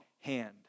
hand